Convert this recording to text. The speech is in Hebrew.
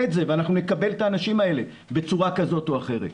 את זה ואנחנו נקבל את האנשים האלה בצורה כזו או אחרת.